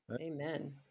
amen